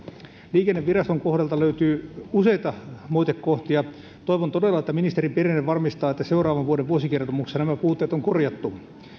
liikenneviraston kohdalta löytyy useita moitekohtia toivon todella että ministeri berner varmistaa että seuraavan vuoden vuosikertomuksessa nämä puutteet on korjattu